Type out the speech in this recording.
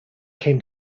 came